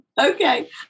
Okay